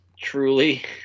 truly